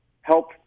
help